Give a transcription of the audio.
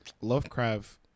Lovecraft